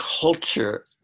culture